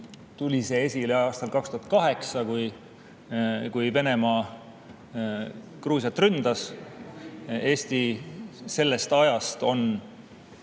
tuli see esile aastal 2008, kui Venemaa Gruusiat ründas. Eesti on sellest ajast igal